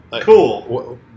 cool